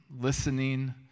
listening